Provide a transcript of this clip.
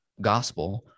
gospel